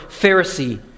Pharisee